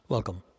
Welcome